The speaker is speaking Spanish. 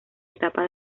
etapa